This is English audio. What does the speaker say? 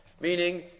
Meaning